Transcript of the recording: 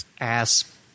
ass